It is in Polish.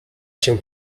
się